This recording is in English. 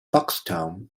buxton